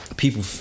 People